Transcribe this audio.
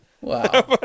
Wow